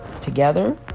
together